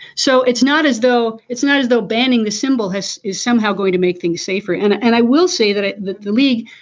so it's not as though it's not as though banning the symbol is somehow going to make things safer and and i will say that the the league